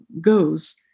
goes